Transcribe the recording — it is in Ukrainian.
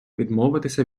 відмовитися